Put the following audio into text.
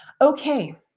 Okay